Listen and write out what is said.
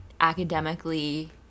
academically